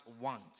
want